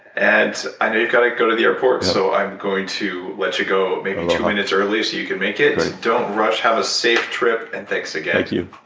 and i know you've got to go to the airport, so i'm going to let you go, make you two minutes early so you can make it. don't rush. have a safe trip and thanks again thank you.